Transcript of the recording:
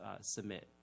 submit